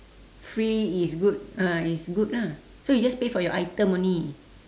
free is good ah is good ah so you just pay for your item only